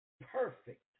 perfect